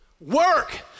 Work